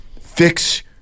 fix